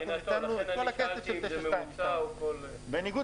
אנחנו נתנו את כל הכסף של 922. בניגוד